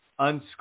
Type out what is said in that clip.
unscripted